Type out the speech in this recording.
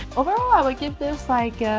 overall i would give this like